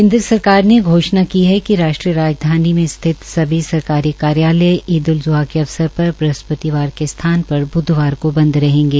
केन्द्र सरकार ने घोषणा की है कि राष्ट्रीय राजधानी में स्थित सभी सरकारी कार्यालय ईद उल ज्हा के अवसर पर वृहस्पतिवार के स्थान पर ब्धवार को बंद रहेंगे